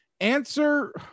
Answer